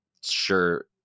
sure